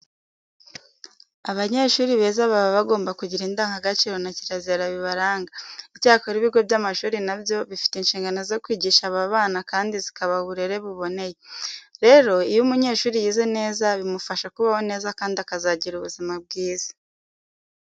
Abanyeshuri beza baba bagomba kugira indangagaciro na kirazira bibaranga. Icyakora ibigo by'amashuri na byo bifite inshingano zo kwigisha aba bana kandi zikabaha uburere buboneye. Rero iyo umunyeshuri yize neza bimufasha kubaho neza kandi akazagira n'ubuzima bwiza.